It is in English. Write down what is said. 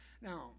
Now